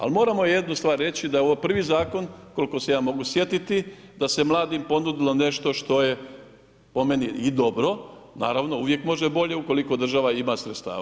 Ali moramo jednu stvar reći da je ovo prvi zakon koliko se ja mogu sjetiti da se mladima ponudilo nešto što je po meni i dobro, naravno uvijek može bolje ukoliko država ima sredstava.